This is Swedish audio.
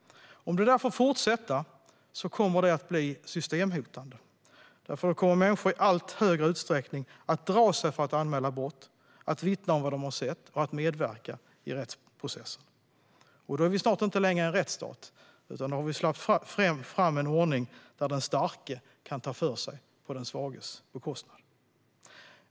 Om detta får fortsätta blir det systemhotande. Då kommer människor i allt högre utsträckning att dra sig för att anmäla brott, vittna om vad de sett och medverka i rättsprocessen. Då är vi snart inte längre en rättsstat, utan då har vi släppt fram en ordning där den starke kan ta för sig på den svages bekostnad.